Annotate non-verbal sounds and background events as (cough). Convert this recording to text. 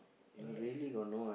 any ex~ (breath)